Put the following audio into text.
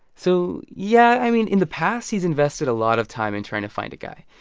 so, yeah. i mean, in the past, he's invested a lot of time in trying to find a guy.